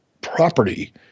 property